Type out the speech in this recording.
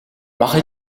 мах